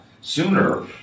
sooner